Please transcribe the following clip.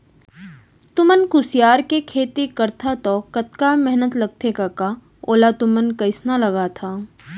तुमन कुसियार के खेती करथा तौ कतका मेहनत लगथे कका ओला तुमन कइसना लगाथा